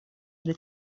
для